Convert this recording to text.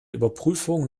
überprüfung